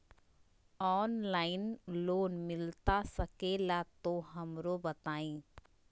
Online loan मिलता सके ला तो हमरो बताई?